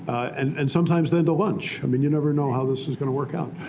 and and sometimes then the lunch. i mean, you never know how this is going to work out.